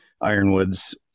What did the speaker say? ironwoods